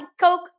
Coke